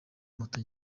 moto